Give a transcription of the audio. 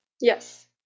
Yes